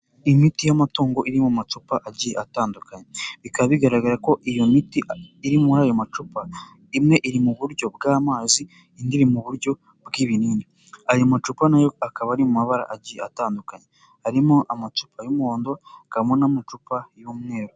Imiti y'amatungo iri mu macupa agiye atandukanye. Bikaba bigaragara ko iyo miti iri muri ayo macupa, imwe iri mu buryo bw'amazi, indi iri mu buryo bw'ibinini. Ayo macupa nayo akaba ari mu mabara agiye atandukanye, harimo amacupa y'umuhondo, hakabamo n'amacupa y'umweru.